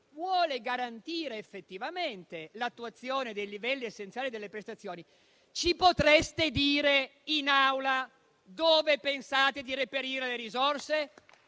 vuole garantire effettivamente l'attuazione dei livelli essenziali delle prestazioni, ci potreste dire in Aula dove pensate di reperire le risorse?